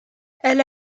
elle